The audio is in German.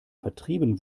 vertrieben